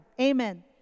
Amen